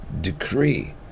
decree